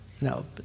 No